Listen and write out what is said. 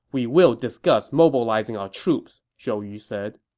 we will discuss mobilizing our troops, zhou yu said